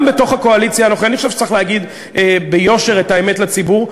גם בתוך הקואליציה אני חושב שצריך להגיד ביושר את האמת לציבור.